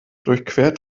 durchquert